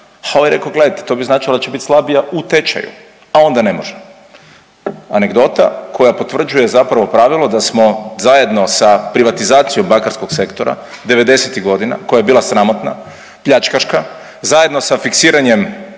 A ovaj je rekao: „Gledajte to bi značilo da će biti slabija u tečaju.“, „A onda ne može.“ Anegdota koja potvrđuje zapravo pravilo da smo zajedno sa privatizacijom bankarskog sektora 90-tih godina koja je bila sramotna, pljačkaška zajedno sa fiksiranjem